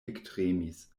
ektremis